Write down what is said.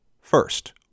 First